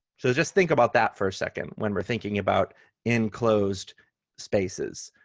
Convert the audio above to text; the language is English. so just think about that for a second when we're thinking about enclosed spaces,